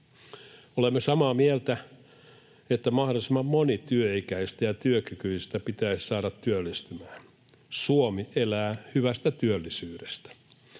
Olemme samaa mieltä, että mahdollisimman moni työikäisistä ja työkykyisistä pitäisi saada työllistymään, Suomi elää hyvästä työllisyydestä.